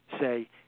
say